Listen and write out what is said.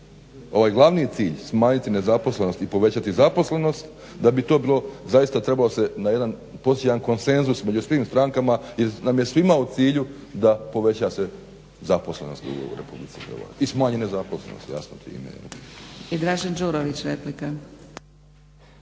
ovaj glavni cilj-smanjiti nezaposlenost i povećati zaposlenost, da bi to zaista trebalo postići jedan konsenzus među svim strankama jer nam je svima u cilju da poveća se zaposlenost u Republici Hrvatskoj i smanji nezaposlenost jasno time.